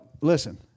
listen